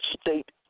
state